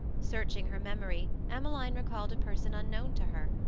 searching her memory, emmeline recalled a person unknown to her,